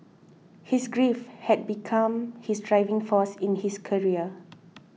his grief had become his driving force in his career